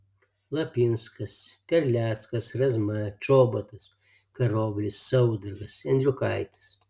lapinskas terleckas razma čobotas karoblis saudargas endriukaitis